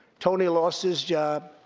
tony lost his job,